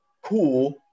Cool